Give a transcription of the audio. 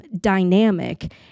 dynamic